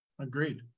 agreed